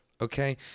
okay